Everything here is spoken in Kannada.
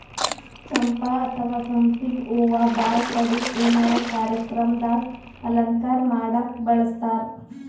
ಚಂಪಾ ಅಥವಾ ಸಂಪಿಗ್ ಹೂವಾ ಭಾಳ್ ಕಡಿ ಏನರೆ ಕಾರ್ಯಕ್ರಮ್ ದಾಗ್ ಅಲಂಕಾರ್ ಮಾಡಕ್ಕ್ ಬಳಸ್ತಾರ್